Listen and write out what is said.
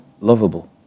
lovable